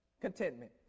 Contentment